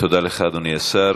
תודה רבה לך, אדוני השר.